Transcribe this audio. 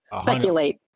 speculate